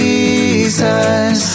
Jesus